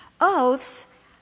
Oaths